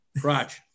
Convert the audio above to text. crotch